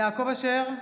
יעקב אשר,